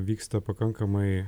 vyksta pakankamai